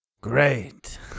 Great